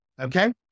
Okay